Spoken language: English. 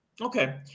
Okay